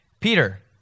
Peter